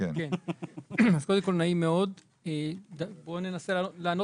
פיקוד העורף צריכים לענות.